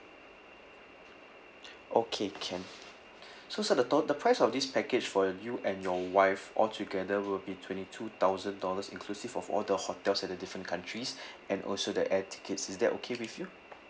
okay can so sir the to~ the price of this package for you and your wife altogether will be twenty two thousand dollars inclusive of all the hotels at the different countries and also the air tickets is that okay with you